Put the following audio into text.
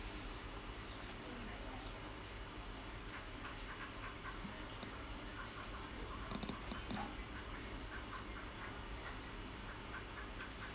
mm